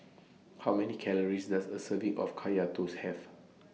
How Many Calories Does A Serving of Kaya Toast Have